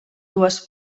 dues